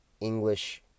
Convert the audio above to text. English